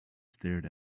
stared